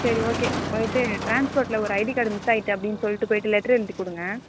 சரி ஓகே போயிட்டு டிரான்ஸ்போர்ட்டில் ஒரு ஐடி கார்டு மிஸ்சாயிட்டு அப்படின்னு சொல்லிட்டு போயிட்டு லெட்ரு எழுதிக் கொடுங்க